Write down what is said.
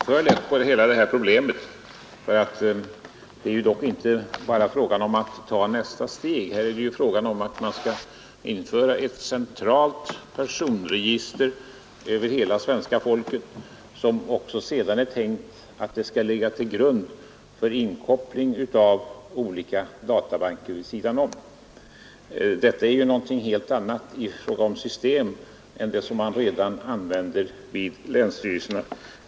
Herr talman! Jag tror att finansministern tar litet grand för lätt på hela detta problem. Det är dock inte bara fråga om att ta nästa steg. Här är det fråga om att införa ett centralt personregister över hela svenska folket. Detta register är sedan tänkt att ligga till grund för inkoppling av olika databanker vid sidan om. Detta är något helt annat i fråga om system än det som man redan använder vid länsstyrelserna.